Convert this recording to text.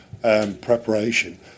preparation